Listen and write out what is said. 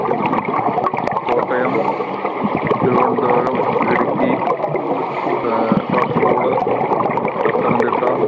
എന്ത് ജില്ല കോട്ടയം തിരുവനന്തപുരം ഇടുക്കി കാസർഗോഡ് പത്തനംതിട്ട